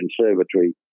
Conservatory